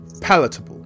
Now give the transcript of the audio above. palatable